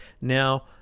now